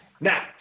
now